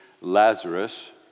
Lazarus